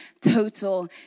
total